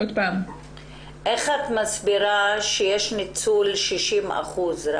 איך את מסבירה שיש ניצול רק של 60%?